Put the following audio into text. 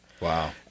Wow